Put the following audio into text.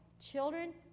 children